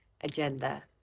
agenda